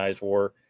war